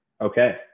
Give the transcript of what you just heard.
okay